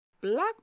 Black